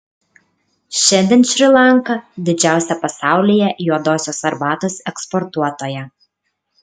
šiandien šri lanka didžiausia pasaulyje juodosios arbatos eksportuotoja